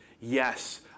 Yes